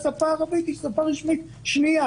ושהשפה הערבית היא שפה רשמית שנייה.